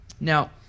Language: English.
Now